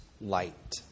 light